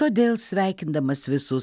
todėl sveikindamas visus